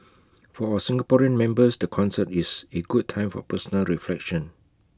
for our Singaporean members the concert is A good time for personal reflection